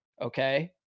Okay